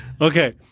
Okay